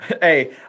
Hey